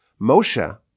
Moshe